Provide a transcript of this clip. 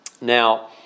Now